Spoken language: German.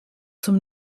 zum